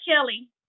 Kelly